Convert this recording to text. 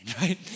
right